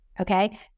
Okay